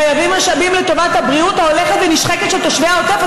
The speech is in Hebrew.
חייבים משאבים לטובת הבריאות ההולכת ונשחקת של תושבי העוטף.